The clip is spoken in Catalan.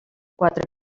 quatre